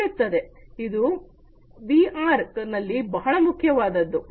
ಮತ್ತೆ ಇದು ವಿಆರ್ ನಲ್ಲಿ ಬಹಳ ಮುಖ್ಯವಾದದ್ದು